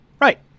Right